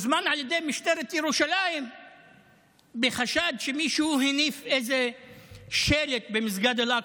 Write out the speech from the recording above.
הוא הוזמן על ידי משטרת ירושלים בחשד שמישהו הניף שלט במסגד אל-אקצא.